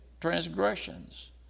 transgressions